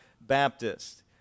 Baptist